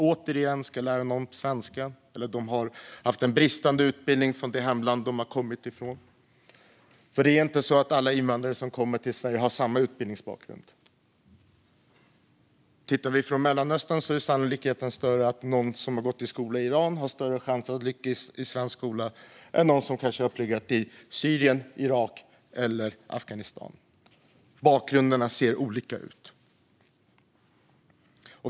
Återigen ska man lära dem svenska. De kan ha en bristfällig utbildning från hemlandet, för det är inte så att alla invandrare som kommer till Sverige har samma utbildningsbakgrund. Om vi tittar på Mellanöstern ser vi att de som har gått i skola i Iran har större chans att lyckas i den svenska skolan än de som kanske har pluggat i Syrien, Irak eller Afghanistan. Bakgrunderna ser olika ut.